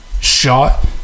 shot